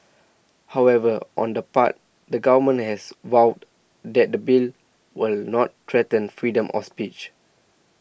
however on the part the government has vowed that the Bill will not threaten freedom of speech